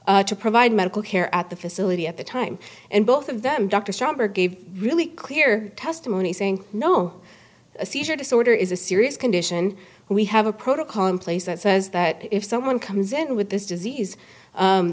to provide medical care at the facility at the time and both of them dr stomper gave really clear testimony saying no a seizure disorder is a serious condition we have a protocol in place that says that if someone comes in with this disease